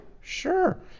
Sure